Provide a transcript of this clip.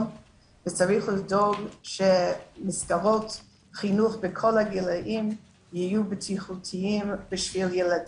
וצריך לדאוג שמסגרות חינוך בכל הגילים יהיו בטיחותיים בשביל ילדים.